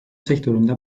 sektöründe